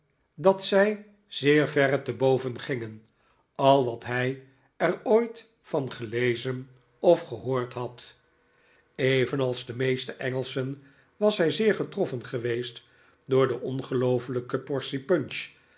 dat zij zeer verre te boven gingen al wat hij er ooit van gelezen of gehoord had evenals de meeste engelschen was hij zeer getroffen geweest door de ongelooflijke portie punch